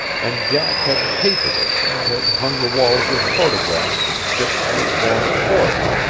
and jack had papered it and had hung the walls with photographs of ships and foreign ports,